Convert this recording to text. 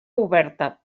oberta